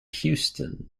houston